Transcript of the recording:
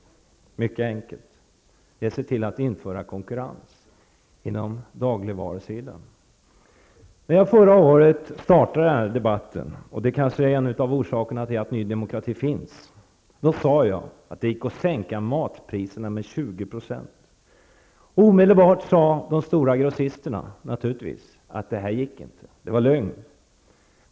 Det är då fråga om en mycket enkel sak. Det gäller nämnligen att se till att konkurrens införs på dagligvarusidan. När jag förra året startade den här debatten -- och det är kanske en av orsakerna till att ny demokrati finns -- sade jag att det gick att sänka matpriserna med 20 %. Omedelbart sade då de stora grossisterna, naturligtvis, att det inte gick att göra det och att sådant tal var lögn.